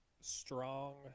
strong